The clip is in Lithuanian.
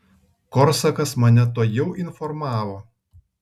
korsakas mane tuojau informavo